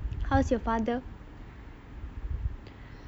how's your father